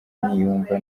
niyumva